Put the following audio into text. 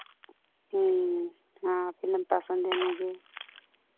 हाँ फिल्म पसंद है मुझे